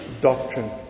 doctrine